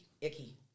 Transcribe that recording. icky